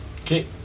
Okay